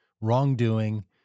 wrongdoing